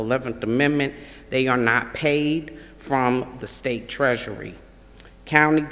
eleventh amendment they are not paid from the state treasury county